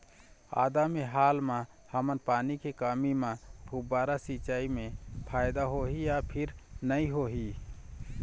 आदा मे हाल मा हमन पानी के कमी म फुब्बारा सिचाई मे फायदा होही या फिर नई होही?